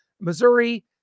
Missouri